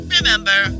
Remember